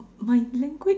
my language